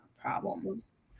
problems